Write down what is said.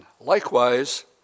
likewise